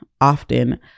often